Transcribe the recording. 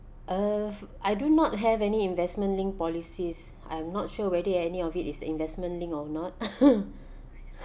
uh I do not have any investment linked policies I'm not sure whether any of it is investment linked or not